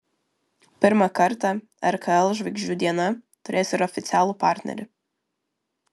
pirmą kartą rkl žvaigždžių diena turės ir oficialų partnerį